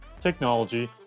technology